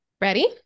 ready